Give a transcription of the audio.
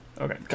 Okay